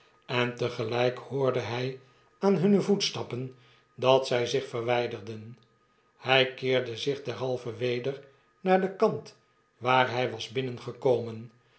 en tegelyk hoorde hy aan hunne voetstappen dat zij zich verwijderden hy keerde zichderhalve weder naar den kant waar hy was binnengekomen